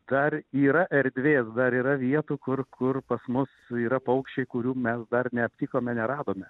dar yra erdvės dar yra vietų kur kur pas mus yra paukščiai kurių mes dar neaptikome neradome